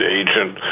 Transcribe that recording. agent